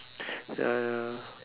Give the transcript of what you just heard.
ya ya